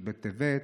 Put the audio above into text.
י' בטבת,